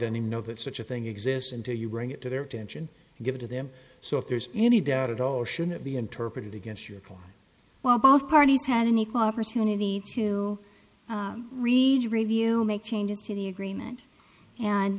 don't even know that such a thing exists until you bring it to their attention give it to them so if there's any doubt at all should it be interpreted against your core while both parties had an equal opportunity to read review make changes to the agreement and